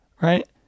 Right